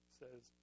says